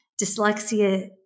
dyslexia